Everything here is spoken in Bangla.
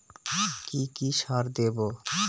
কি কি সার দেবো?